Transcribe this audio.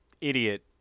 idiot